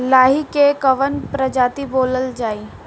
लाही की कवन प्रजाति बोअल जाई?